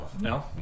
No